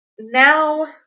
Now